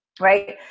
Right